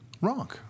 wrong